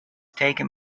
taken